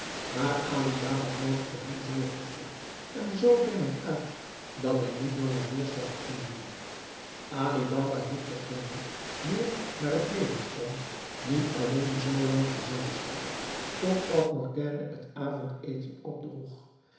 maar ali baba noodigde hem zoo hoffelijk en zoo dringend uit dat hij niet langer weerstand kon bieden ali baba hield dengene die hem naar het leven stond niet alleen zoo lang gezelschap totdat morgiane het avondeten opdroeg